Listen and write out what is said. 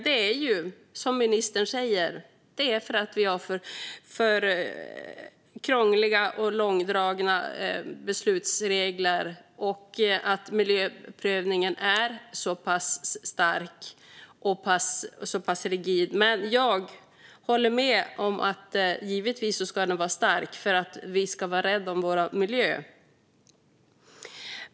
Det är, som ministern säger, för att vi har för krångliga regler och långdragna beslutsprocesser och för att miljöprövningen är så pass stark och rigid. Jag håller med om att miljöprövningen ska vara stark, för vi ska vara rädda om vår miljö.